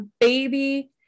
baby